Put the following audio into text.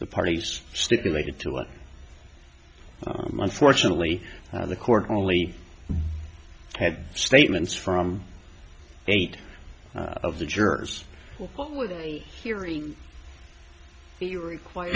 the parties stipulated to what my fortunately the court only had statements from eight of the jurors hearing the require